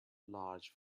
large